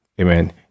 Amen